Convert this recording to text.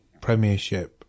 premiership